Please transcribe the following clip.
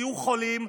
תהיו חולים,